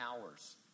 Hours